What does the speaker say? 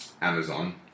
Amazon